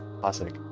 classic